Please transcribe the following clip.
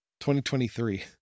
2023